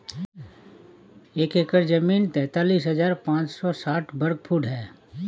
एक एकड़ जमीन तैंतालीस हजार पांच सौ साठ वर्ग फुट है